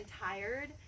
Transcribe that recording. tired